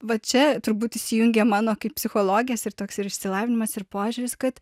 va čia turbūt įsijungia mano kaip psichologės ir toks išsilavinimas ir požiūris kad